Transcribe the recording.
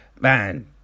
man